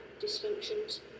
dysfunctions